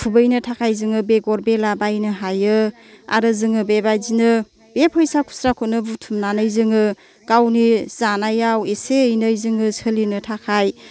खुबैनो थाखाय जोङो बेगर बेला बायनो हायो आरो जोङो बेबादिनो बे फैसा खुस्राखौनो बुथुमनानै जोङो गावनि जानायाव एसे एनै जोङो सोलिनो थाखाय